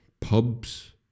pubs